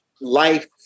life